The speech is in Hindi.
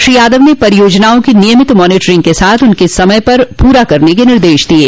श्री यादव ने परियोजनाओं की नियमित मानिटरिंग के साथ उनके समय पर पूरा करने के निर्देश दिये